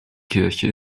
kirche